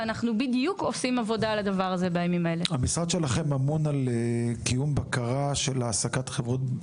ואנחנו עושים עבודה בימים אלה בדיוק על הדבר הזה.